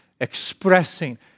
expressing